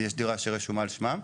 כי יש דירה שרשומה על שמם.